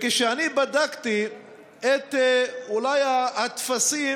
כשאני בדקתי את הטפסים,